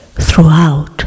throughout